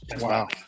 Wow